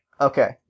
Okay